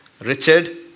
Richard